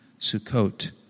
Sukkot